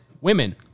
women